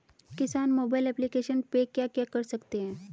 किसान mobile application पे क्या क्या कर सकते हैं?